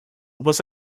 was